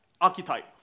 archetype